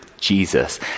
Jesus